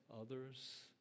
others